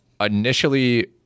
initially